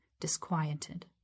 disquieted